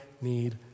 need